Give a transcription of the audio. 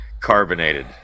carbonated